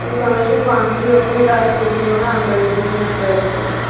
ہے زن ہَے چھُے پانسٕے یوت تۄہہِ کَرٕنۍ تُہۍ چھِو وَنان اَکٲے پوزشَن آسہِ سٲرسٕے